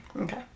Okay